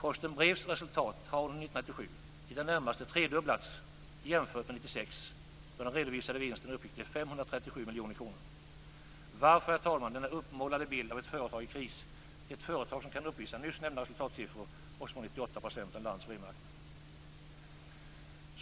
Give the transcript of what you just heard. Posten Brevs resultat har under 1997 i det närmaste tredubblats jämfört med 1996, då den redovisade vinsten uppgick till 537 miljoner kronor. Varför, herr talman, denna uppmålade bild av ett företag i kris, ett företag som kan uppvisa nyss nämna resultatsiffror och som har 98 % av landets brevmarknad?